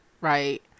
right